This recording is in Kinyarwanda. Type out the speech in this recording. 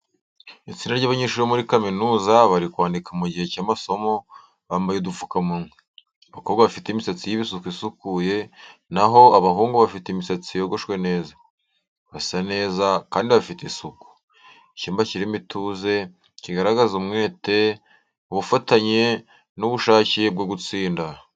Itsinda ry’abanyeshuri ba kaminuza bari kwandika mu gihe cy’amasomo, bambaye udupfukamunwa. Abakobwa bafite imisatsi y’ibisuko isukuye, na ho abahungu bafite imisatsi yogoshwe neza. Basa neza kandi bafite isuku. Icyumba kirimo ituze, kigaragaza umwete, ubufatanye n’ubushake bwo gutsinda.